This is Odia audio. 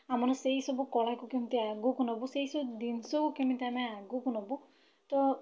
ଆମର ସେହି ସବୁ କଳାକୁ କେମିତି ଆଗକୁ ନେବୁ ସେହି ସବୁ ଜିନିଷକୁ କେମିତି ଆମେ ଆଗକୁ ନେବୁ ତ